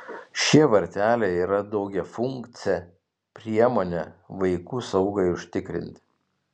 šie varteliai yra daugiafunkcė priemonė vaikų saugai užtikrinti